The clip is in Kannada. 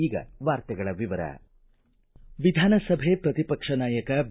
ಈಗ ವಾರ್ತೆಗಳ ವಿವರ ವಿಧಾನಸಭೆ ಪ್ರತಿಪಕ್ಷ ನಾಯಕ ಬಿ